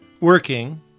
Working